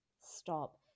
stop